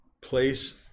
place